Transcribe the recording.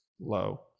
low